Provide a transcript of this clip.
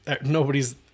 nobody's